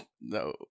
No